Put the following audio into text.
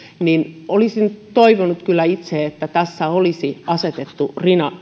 niin olisin toivonut kyllä itse että tässä olisi asetettu